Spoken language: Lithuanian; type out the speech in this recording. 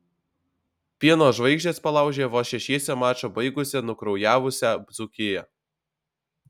pieno žvaigždės palaužė vos šešiese mačą baigusią nukraujavusią dzūkiją